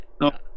No